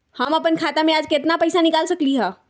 हम अपन खाता में से आज केतना पैसा निकाल सकलि ह?